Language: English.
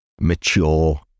mature